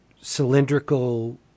cylindrical